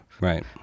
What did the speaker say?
Right